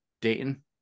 Dayton